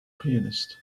pianist